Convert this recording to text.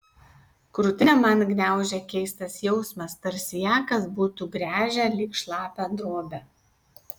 krūtinę man gniaužė keistas jausmas tarsi ją kas būtų gręžę lyg šlapią drobę